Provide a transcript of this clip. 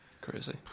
Crazy